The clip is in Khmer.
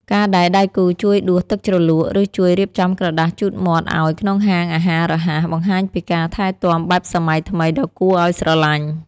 ការដែលដៃគូជួយដួសទឹកជ្រលក់ ឬជួយរៀបចំក្រដាសជូតមាត់ឱ្យក្នុងហាងអាហាររហ័ស បង្ហាញពីការថែទាំបែបសម័យថ្មីដ៏គួរឱ្យស្រឡាញ់។